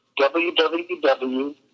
www